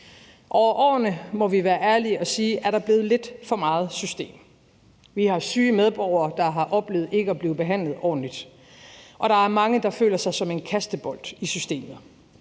at sige, er der blevet lidt for meget system. Vi har syge medborgere, som har oplevet ikke at blive behandlet ordentligt, og der er mange, der føler sig som en kastebold i systemet.